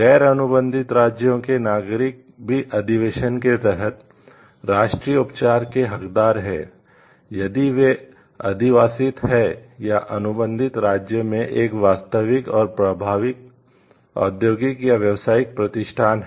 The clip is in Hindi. गैर अनुबंधित राज्यों के नागरिक भी अधिवेशन के तहत राष्ट्रीय उपचार के हकदार हैं यदि वे अधिवासित हैं या अनुबंधित राज्य में एक वास्तविक और प्रभावी औद्योगिक या व्यावसायिक प्रतिष्ठान है